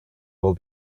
will